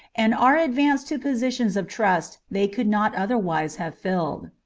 and are advanced to positions of trust they could not otherwise have filled.